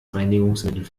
reinigungsmittel